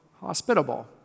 hospitable